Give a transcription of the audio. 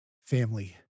family